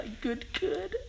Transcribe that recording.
Good-good